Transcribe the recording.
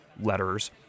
letters